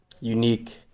unique